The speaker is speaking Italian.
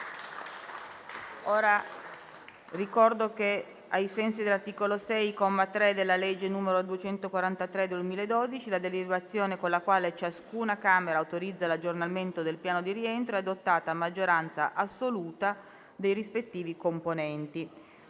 Ricordo che, ai sensi dell'articolo 6, comma 3, della legge n. 243 del 2012, la deliberazione con la quale ciascuna Camera autorizza l'aggiornamento del piano di rientro è adottata a maggioranza assoluta dei rispettivi componenti.